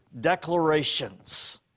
declarations